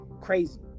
crazy